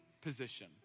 position